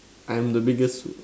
I'm the biggest